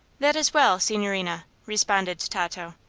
that is well, signorina, responded tato.